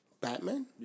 Batman